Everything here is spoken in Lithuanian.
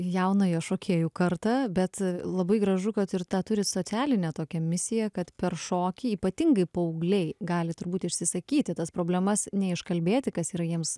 jaunąją šokėjų kartą bet labai gražu kad ir tą turi socialinę tokia misija kad per šokį ypatingai paaugliai gali turbūt išsisakyti tas problemas neiškalbėti kas yra jiems